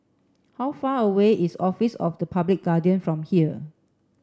how far away is Office of the Public Guardian from here